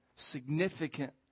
Significant